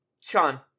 Sean